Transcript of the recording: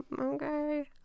okay